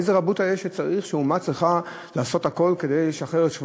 איזו רבותא שאומה צריכה לעשות הכול כדי לשחרר את שבוייה?